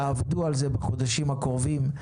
תעבדו על זה בחודשים הקרובים,